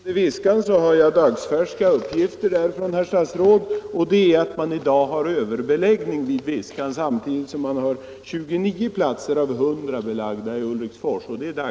Herr talman! Beträffande Viskan har jag dagsfärska uppgifter från kriminalvårdsstyrelsen och personalen, herr statsråd. De uppgifterna säger att man i dag har överbeläggning vid Viskan samtidigt som man har 29 av 100 platser belagda i Ulriksfors.